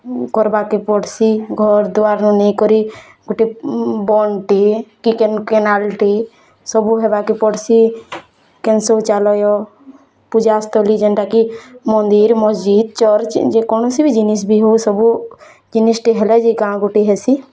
କରବାକେ ପଡ଼୍ସି ଘର୍ ଦ୍ଵାର୍ ନୁ ନେଇକରି ଗୁଟେ କେ କେନ୍ କେନାଲ୍ ଟିଏ ସବୁ ହେବାକେ ପଡ଼୍ସି କେନ୍ ଶୋଚଲୟ ପୂଜାସ୍ଥଲୀ ଯେନ୍ଟା କି ମନ୍ଦିର୍ ମସଜିତ୍ ଚର୍ଚ୍ଚ୍ ଯେକୌଣସି ବି ଜିନିଷ୍ ବି ହଉ ସବୁ ଜିନିଷ୍ଟେ ହେଲା ଯେ କାଁ ଗୋଟେ ହେସି